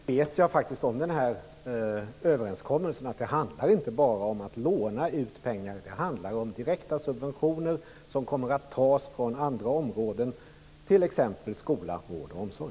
Fru talman! Jag vet så pass mycket om överenskommelsen att det inte bara handlar om att låna ut pengar. Det handlar om direkta subventioner som kommer att tas från andra områden, t.ex. skola, vård och omsorg.